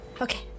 Okay